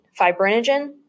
fibrinogen